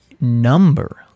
number